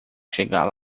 chegar